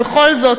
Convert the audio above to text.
ובכל זאת,